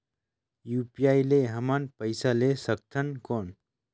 UPI ले हमन पइसा ले सकथन कौन?